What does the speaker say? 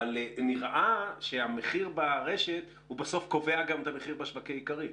אבל נראה שהמחיר ברשת הוא בסוף קובע גם את המחיר בשווקי האיכרים.